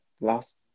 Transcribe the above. last